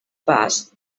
pas